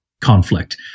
conflict